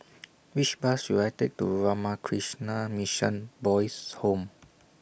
Which Bus should I Take to Ramakrishna Mission Boys' Home